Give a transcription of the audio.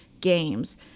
games